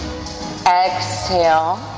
exhale